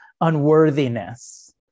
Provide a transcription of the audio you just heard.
unworthiness